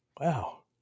Wow